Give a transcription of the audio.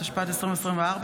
התשפ"ד 2024,